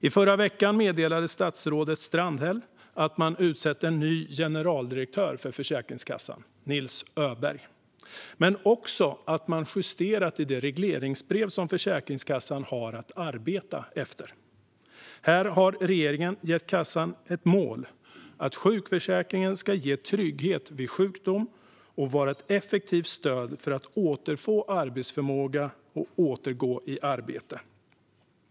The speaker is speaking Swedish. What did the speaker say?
I förra veckan meddelade statsrådet Strandhäll att man utsett Nils Öberg till ny generaldirektör för Försäkringskassan men också att man justerat i det regleringsbrev som Försäkringskassan har att arbeta efter. Här har regeringen gett kassan ett mål att sjukförsäkringen ska ge trygghet vid sjukdom och vara ett effektivt stöd för att återfå arbetsförmåga och återgå i arbete.